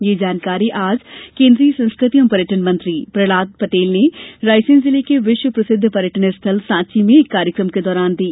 यह जानकारी आज केन्द्रीय संस्कृति एवं पर्यटन मंत्री प्रहलाद पटेल ने रायसेन जिले के विश्व प्रसिद्ध पर्यटन स्थल सांची में एक कार्यकम के दौरान दी